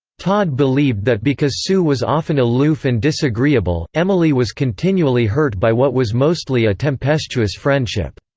todd believed that because sue was often aloof and disagreeable, emily was continually hurt by what was mostly a tempestuous friendship.